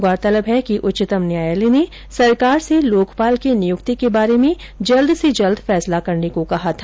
गौरतलब है कि उच्चतम न्यायालय ने सरकार से लोकपाल की नियुक्ति के बारे में उसे जल्द से जल्द फैसला करने को कहा था